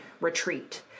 retreat